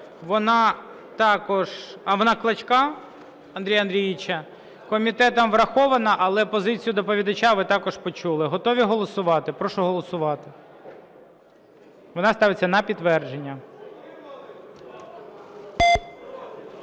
вона також... вона Клочка Андрія Андрійовича. Комітетом врахована. Але позицію доповідача ви також почули. Готові голосувати? Прошу голосувати. Вона ставиться на підтвердження.